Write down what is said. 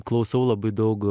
klausau labai daug